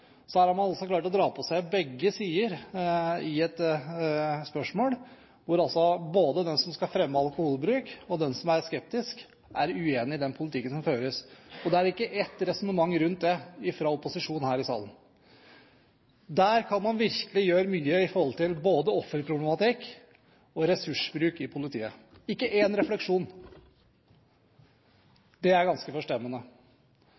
Her har man altså klart å dra på seg begge sider i et spørsmål der både den som skal fremme alkoholbruk, og den som er skeptisk, er uenige i den politikken som føres. Det er ikke ett resonnement rundt det fra opposisjonen her i salen! Der kan man virkelig gjøre mye både når det gjelder offerproblematikk og ressursbruk i politiet. Ikke